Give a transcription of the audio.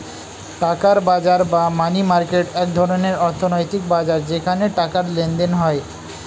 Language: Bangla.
টাকার বাজার বা মানি মার্কেট এক ধরনের অর্থনৈতিক বাজার যেখানে টাকার লেনদেন হয়